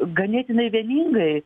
ganėtinai vieningai